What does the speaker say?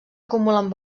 acumulen